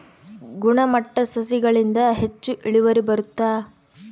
ಗುಣಮಟ್ಟ ಸಸಿಗಳಿಂದ ಹೆಚ್ಚು ಇಳುವರಿ ಬರುತ್ತಾ?